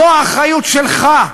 זו האחריות שלך,